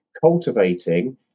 cultivating